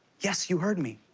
yes, you heard me.